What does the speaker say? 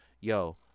yo